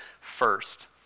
first